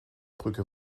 brücke